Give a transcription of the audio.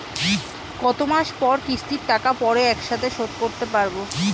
কত মাস পর কিস্তির টাকা পড়ে একসাথে শোধ করতে পারবো?